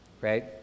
right